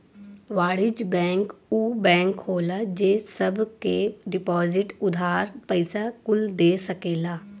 वाणिज्य बैंक ऊ बैंक होला जे सब के डिपोसिट, उधार, पइसा कुल दे सकेला